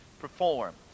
perform